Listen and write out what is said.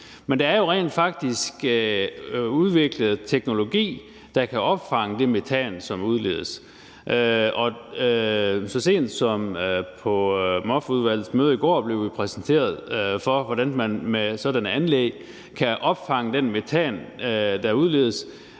Men der er jo rent faktisk udviklet teknologi, der kan opfange den metan, som udledes, og så sent som på Miljø- og Fødevareudvalgets møde i går blev vi præsenteret for, hvordan man med sådanne anlæg kan opfange den metan, der udledes,